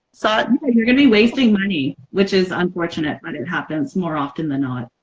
so but you're gonna be wasting money which is unfortunate but it happens more often than not.